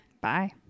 Bye